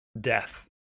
Death